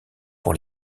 pour